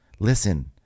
Listen